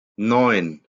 neun